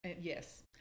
Yes